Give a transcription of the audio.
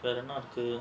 that are not cool